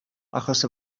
achos